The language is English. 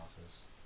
office